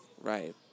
Right